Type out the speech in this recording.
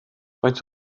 faint